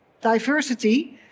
diversity